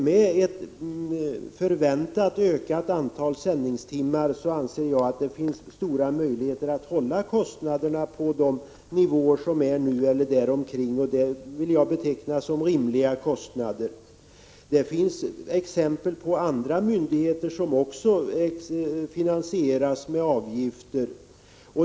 Med den förväntade ökningen av antalet sändningstimmar anser jag att det finns stora möjligheter att hålla kostnaderna på ungefär nuvarande nivå, och det vill jag beteckna som en rimlig kostnad. Det finns många andra myndigheter vilkas verksamhet finansieras med avgifter.